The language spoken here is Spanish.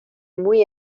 muy